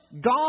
God